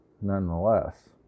nonetheless